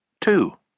Two